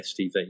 STV